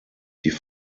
die